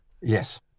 Yes